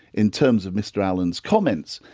in terms of mr allen's comments,